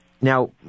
Now